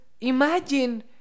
imagine